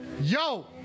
Yo